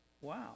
Wow